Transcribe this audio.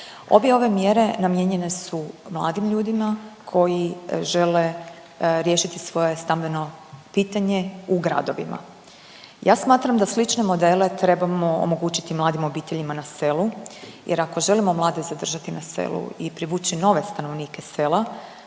Obje ove mjere namijenjene su mladim ljudima koji žele riješiti svoje stambeno pitanje u gradovima. Ja smatram da slične modele trebamo omogućiti mladim obiteljima na selu jer ako želimo mlade zadržati na selu i privući nove stanovnike sela